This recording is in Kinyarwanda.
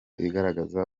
igaragaza